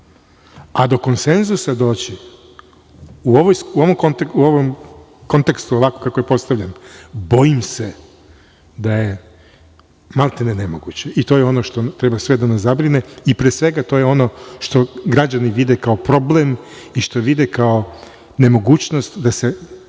A do konsenzusa doći u ovom kontekstu, ovako kako je postavljen, bojim se da je maltene nemoguće i to je ono što treba sve da nas zabrine i pre svega to je ono što građani vide kao problem i što vide kao nemogućnost da se